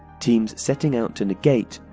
teams setting out to negate,